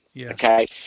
okay